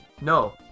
No